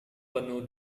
penuh